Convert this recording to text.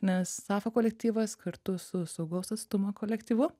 nes safo kolektyvas kartu su saugaus atstumo kolektyvu